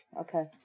Okay